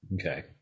Okay